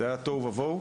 זה היה תוהו ובוהו.